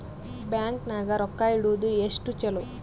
Bank ನಾಗ ರೊಕ್ಕ ಇಡುವುದು ಎಷ್ಟು ಚಲೋ?